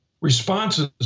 Responses